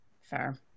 Fair